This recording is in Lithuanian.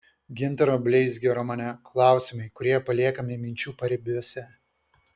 gintaro bleizgio romane klausimai kurie paliekami minčių paribiuose